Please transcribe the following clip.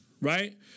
right